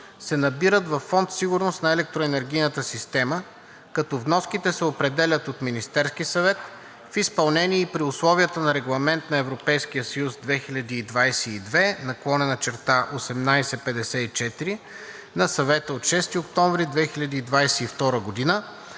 се набират във Фонд „Сигурност на електроенергийната система“, като вноските се определят от Министерския съвет в изпълнение и при условията на Регламент на Европейския съюз 2022/1854 на Съвета от 6 октомври 2022 г.